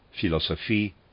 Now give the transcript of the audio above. philosophie